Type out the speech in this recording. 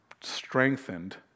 strengthened